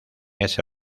ese